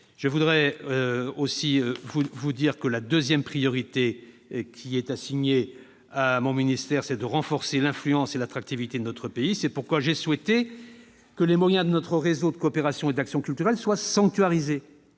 se produire alors. La deuxième priorité assignée à mon ministère est de renforcer l'influence et l'attractivité de notre pays. C'est pourquoi j'ai souhaité que les moyens de notre réseau de coopération et d'action culturelle soient sanctuarisés.